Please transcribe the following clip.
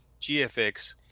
GFX